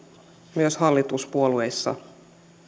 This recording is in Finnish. myös hallituspuolueissa